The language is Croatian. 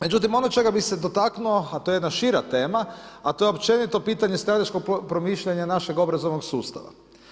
Međutim ono čega bi se dotaknuo, a to je jedna šira tema, a to je općenito pitanje strateškog promišljanja našeg obrazovnog sustava.